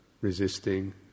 resisting